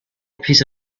piece